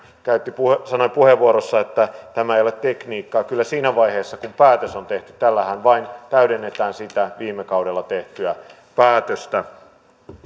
sanoi puheenvuorossaan että tämä ei ole tekniikkaa kyllä siinä vaiheessa kun päätös on tehty tällähän vain täydennetään sitä viime kaudella tehtyä päätöstä